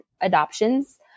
adoptions